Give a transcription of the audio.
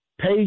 pay